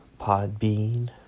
Podbean